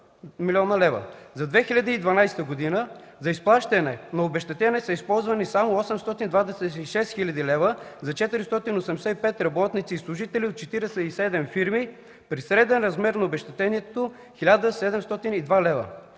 За 2012 г. за изплащане на обезщетения са използвани само 826 хил. лв. за 485 работници и служители от 47 фирми при среден размер на обезщетението 1702 лв.